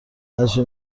هرچی